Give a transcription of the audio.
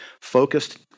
focused